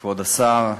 כבוד השר,